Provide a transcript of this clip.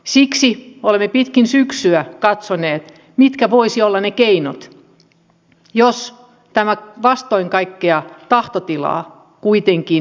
siksi olemme pitkin syksyä katsoneet mitkä voisivat olla ne keinot jos tämä vastoin kaikkea tahtotilaa kuitenkin etenisi